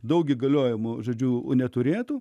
daug įgaliojimų žodžiu neturėtų